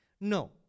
No